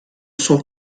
son